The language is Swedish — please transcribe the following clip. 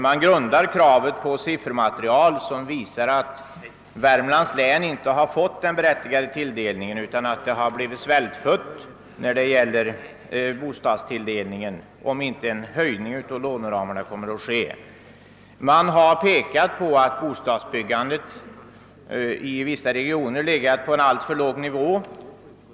Man grundar sitt krav på siffermaterial som visar att Värmlands län inte har fått den tilldelning som det är berättigat till utan blir svältfött i bostadstilldelningsavseende, om inte en höjning av låne ramarna genomförs. Man har pekat på att bostadsbyggandet i vissa regioner legat på en alltför låg nivå.